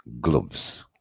gloves